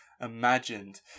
imagined